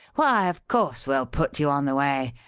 why, of course we'll put you on the way.